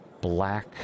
black